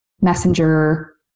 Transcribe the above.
messenger